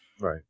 Right